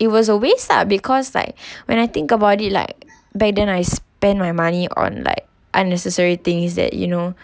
it was a waste lah because like when I think about it like by then I spend my money on like unnecessary things that you know